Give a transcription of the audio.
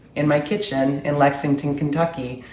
in my kitchen in lexington, kentucky,